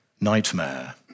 Nightmare